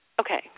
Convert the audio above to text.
okay